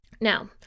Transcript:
Now